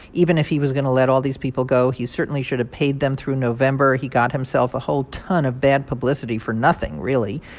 even if he was going to let all these people go, he certainly should've paid them through november. he got himself a whole ton of bad publicity for nothing, really.